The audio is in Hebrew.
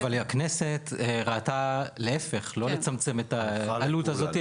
אבל הכנסת ראתה להיפך לא לצמצם את העלות הזאת,